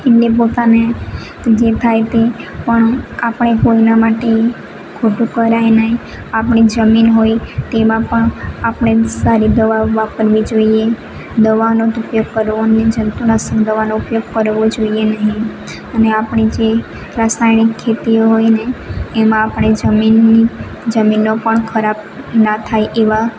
એમને પોતાને જે થાય તે પણ આપણે કોઈના માટે ખોટું કરાય નહીં આપણી જમીન હોય તેમાં પણ આપણે સારી દવા વાપરવી જોઈએ દવાનો ઉપયોગ કરવો જંતુનાશક દવાનો ઉપયોગ કરવો જોઈએ નહીં અને આપણી જે રાસાયણિક ખેતીઓ હોયને એમાં આપણે જમીનની જમીનનો પણ ખરાબ ના થાય એવા